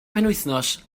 penwythnos